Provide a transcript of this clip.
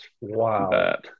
Wow